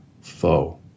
foe